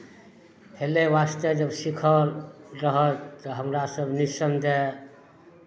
हेलय वास्ते जब सीखल रहत तऽ हमरासभ निः स्सन्देह